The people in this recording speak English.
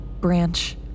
branch